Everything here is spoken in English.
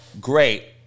Great